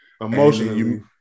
Emotionally